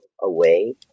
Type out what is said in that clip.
away